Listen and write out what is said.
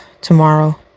tomorrow